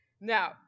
Now